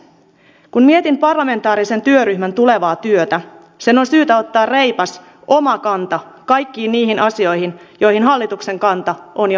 kun mietin parlamentaarisen työryhmän tulevaa työtä sen on syytä ottaa reipas oma kanta kaikkiin niihin asioihin joihin hallituksen kanta on jo meillä tiedossa